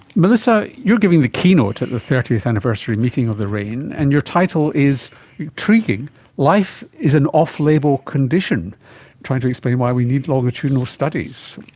melissa, you're giving the keynote at the thirtieth anniversary meeting of the raine, and your title is intriguing life is an off-label condition trying to explain why we need longitudinal studies.